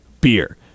beer